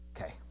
Okay